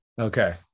Okay